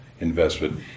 investment